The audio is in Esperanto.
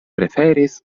preferis